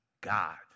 God